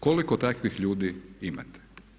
Koliko takvih ljudi imate?